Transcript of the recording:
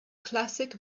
classic